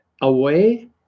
away